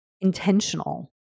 intentional